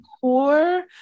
core